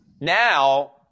Now